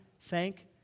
thank